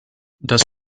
das